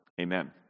Amen